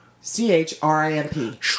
C-H-R-I-M-P